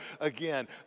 again